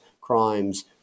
crimes